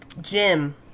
Jim